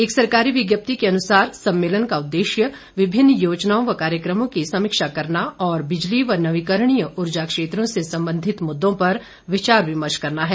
एक सरकारी विज्ञप्ति के अनुसार सम्मेलन का उद्देश्य विभिन्न योजनाओं व कार्यक्रमों की समीक्षा करना और बिजली व नवीकरणीय ऊर्जा क्षेत्रों से संबंधित मुद्दों पर विचार विमर्श करना है